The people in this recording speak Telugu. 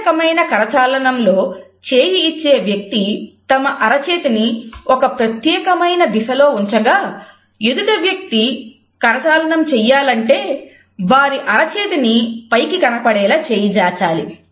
ఈ రకమైన కరచాలనం లో చేయి ఇచ్చే వ్యక్తి తమ అరచేతిని ఒక ప్రత్యేకమైన దిశలో ఉంచగా ఎదుటి వ్యక్తి కరచాలనం చెయ్యాలంటే వారి అరచేతిని పైకి కనపడేలా చేయి జాచాలి